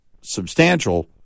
substantial